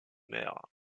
maire